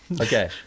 Okay